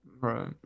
Right